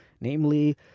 namely